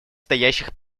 стоящих